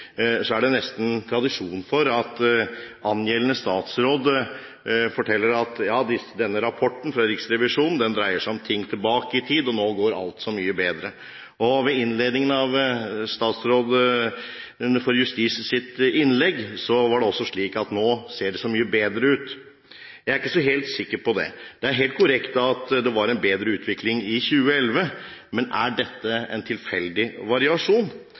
er det nesten tradisjon for at angjeldende statsråd forteller at ja, denne rapporten fra Riksrevisjonen dreier seg om ting tilbake i tid, og nå går alt så mye bedre. I innledningen av innlegget til statsråden for Justisdepartementet sa også hun at det nå ser så mye bedre ut. Jeg er ikke så helt sikker på det. Det er helt korrekt at det var en bedre utvikling i 2011, men er dette en tilfeldig variasjon?